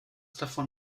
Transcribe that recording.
davon